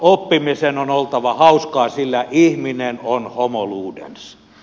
oppimisen on oltava hauskaa sillä ihminen on homo ludens